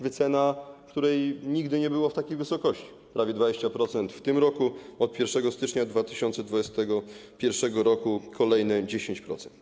Wycena, której nigdy nie było w takiej wysokości - prawie 20% w tym roku, od 1 stycznia 2021 r. kolejne 10%.